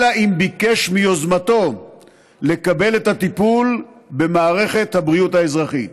אלא אם כן ביקש מיוזמתו לקבל את הטיפול במערכת הבריאות האזרחית.